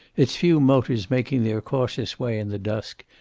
its few motors making their cautious way in the dusk,